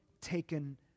taken